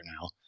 now